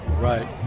Right